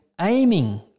aiming